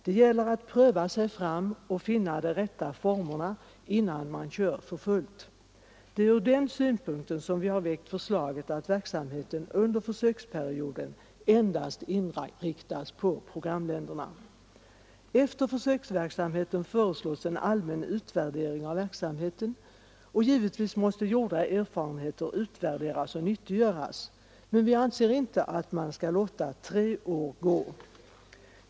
Det gäller att pröva sig fram och finna de rätta formerna innan man kör för fullt. Det är från den synpunkten som vi väckt förslaget att verksamheten under försöksperioden endast inriktas på programländerna. Efter försöksperioden föreslås en allmän utvärdering av verksamheten. Givetvis måste gjorda erfarenheter utvärderas och nyttiggöras, men vi anser inte att man skall låta tre år gå.